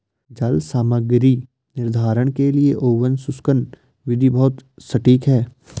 जल सामग्री निर्धारण के लिए ओवन शुष्कन विधि बहुत सटीक है